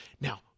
Now